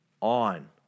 on